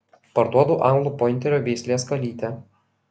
parduodu anglų pointerio veislės kalytę